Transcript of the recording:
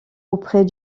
auprès